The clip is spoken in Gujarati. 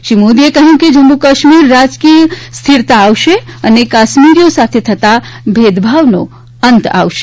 શ્રી મોદીએ કહ્યું કેજમ્મુ કાશ્મીર રાજકીય સ્થિરતા આવશે અને કાશ્મીરીઓ સાથે થતા ભેદભાવનો અંત આવશે